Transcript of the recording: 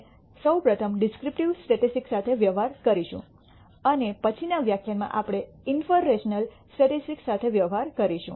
અમે સૌ પ્રથમ ડિસ્ક્રિપ્ટિવ સ્ટેટિસ્ટિક્સ સાથે વ્યવહાર કરીશું અને પછીના વ્યાખ્યાનમાં આપણે ઇન્ફરેન્શલ સ્ટેટિસ્ટિક્સ સાથે વ્યવહાર કરીશું